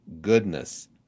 goodness